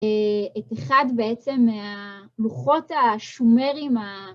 את אחד בעצם מהלוחות השומרים ה...